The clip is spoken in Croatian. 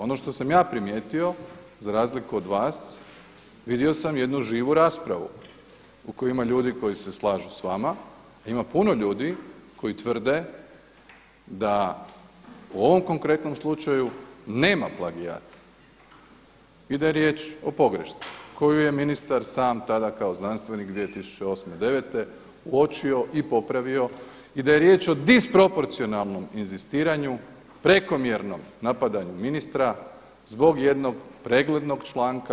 Ono što sam ja primijetio za razliku od vas, vidio sam jednu živu raspravu u kojoj ima ljudi koji se slažu s vama, a ima puno ljudi koji tvrde da u ovom konkretnom slučaju nema plagijat i da je riječ o pogrešci koju je ministar sam tada kao znanstvenik 2008., devete uočio i popravio i da je riječ o disproporcionalnom inzistiranju, prekomjernom napadanju ministra zbog jednog preglednog članka.